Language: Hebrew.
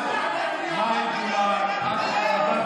הבטחת חוק לאום.